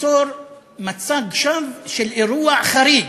ליצור מצג שווא של אירוע חריג,